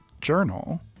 journal